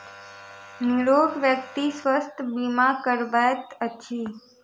निरोग व्यक्ति स्वास्थ्य बीमा करबैत अछि